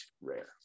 rare